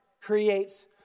creates